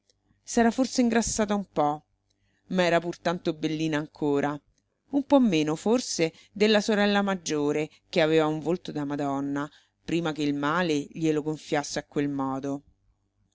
s'era forse ingrassata un po ma era pur tanto bellina ancora un po meno forse della sorella maggiore che aveva un volto da madonna prima che il male glielo gonfiasse a quel modo